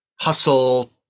hustle